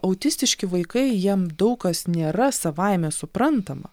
autistiški vaikai jiem daug kas nėra savaime suprantama